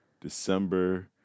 December